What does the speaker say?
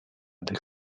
del